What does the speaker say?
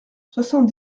soixante